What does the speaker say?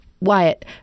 Wyatt